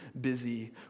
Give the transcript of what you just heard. busy